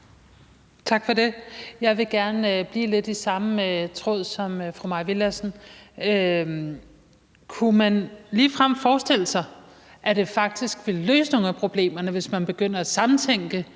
Tak for det. Jeg vil gerne blive lidt i samme tråd som fru Mai Villadsen. Kunne man ligefrem forestille sig, at det faktisk ville løse nogle af problemerne, hvis man begynder at samtænke